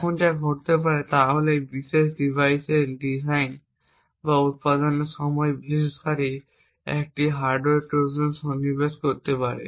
এখন যা ঘটতে পারে তা হল এই বিশেষ ডিভাইসটির ডিজাইন বা উত্পাদনের সময় বিকাশকারী একটি হার্ডওয়্যার ট্রোজান সন্নিবেশ করতে পারে